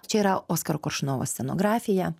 čia yra oskaro koršunovo scenografija